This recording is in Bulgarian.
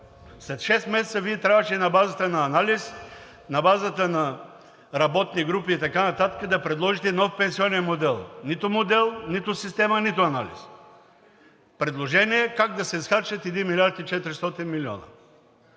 След шест месеца Вие трябваше на базата на анализ, на базата на работни групи и така нататък да предложите нов пенсионен модел. Нито модел, нито система, нито анализ, предложение как да се изхарчат 1 милиард и 400 милиона.